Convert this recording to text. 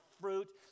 fruit